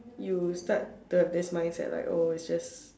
you start to have this mindset like oh it's just